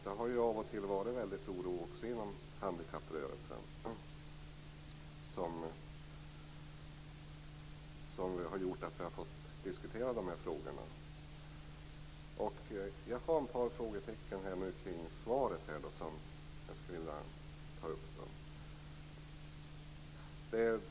Det har också av och till varit stor oro inom handikapprörelsen som har gjort att vi har fått diskutera de här frågorna. Jag har ett par frågor om svaret som jag skulle vilja ta upp.